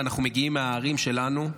ואנחנו מגיעים מהערים שלנו,